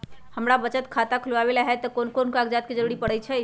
हमरा बचत खाता खुलावेला है त ए में कौन कौन कागजात के जरूरी परतई?